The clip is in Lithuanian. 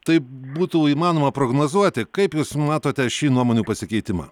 taip būtų įmanoma prognozuoti kaip jūs matote šį nuomonių pasikeitimą